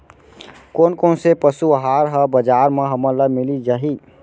कोन कोन से पसु आहार ह बजार म हमन ल मिलिस जाही?